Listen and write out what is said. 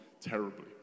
terribly